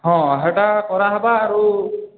ହଁ ହେଟା କରାହେବା ଆରୁ